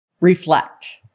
reflect